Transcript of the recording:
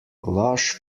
lush